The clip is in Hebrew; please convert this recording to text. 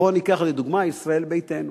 בואו ניקח לדוגמה, ישראל ביתנו.